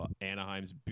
Anaheim's